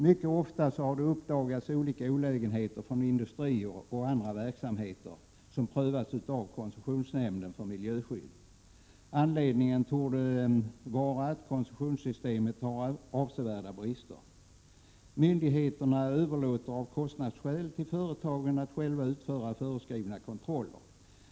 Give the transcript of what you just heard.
Mycket ofta uppdagas olägenheter förorsakade av industrier och andra verksamheter som prövats av koncessionsnämnden för miljöskydd. Anledningen till att så är förhållandet torde vara att koncessionssystemet har avsevärda brister. Myndigheterna överlåter av kostnadsskäl till företagen att själva utföra föreskrivna kontroller.